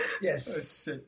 yes